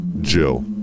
Jill